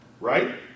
Right